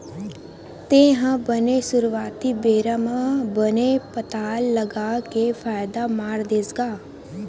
तेहा बने सुरुवाती बेरा म बने पताल लगा के फायदा मार देस गा?